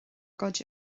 gcuid